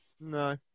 No